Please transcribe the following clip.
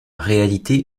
réalité